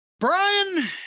Brian